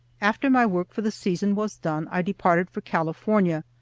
after my work for the season was done i departed for california,